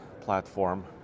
platform